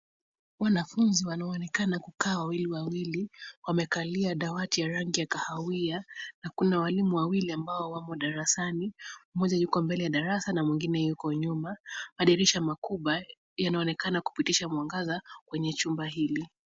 Wanafunzi wanaonekana kukaa wawili wawili. Wamekalia dawati ya rangi ya kahawia na kuna walimu wawili ambao wamo darasani, mmoja yuko mbele ya darasa na mwingine yuko nyuma. Madirisha makubwa yanaonekana kupitisha mwangaza kwenye chumba hili.